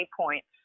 points